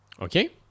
Okay